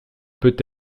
peut